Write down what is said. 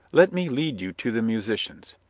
let me lead you to the musicians.